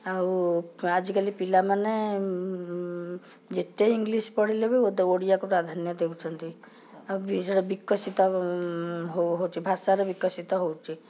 ଆଉ ଆଜିକାଲି ପିଲାମାନେ ଯେତେ ଇଂଲିଶ ପଢ଼ିଲେ ବି ଓଡ଼ିଆକୁ ପ୍ରାଧାନ୍ୟ ଦେଉଛନ୍ତି ଆଉ ବିକଶିତ ହଉ ହେଉଛି ଭାଷାର ବିକଶିତ ହେଉଛି